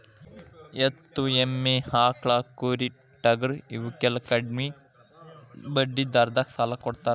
ಎತ್ತು, ಎಮ್ಮಿ, ಆಕ್ಳಾ, ಕುರಿ, ಟಗರಾ ಇವಕ್ಕೆಲ್ಲಾ ಕಡ್ಮಿ ಬಡ್ಡಿ ದರದಾಗ ಸಾಲಾ ಕೊಡತಾರ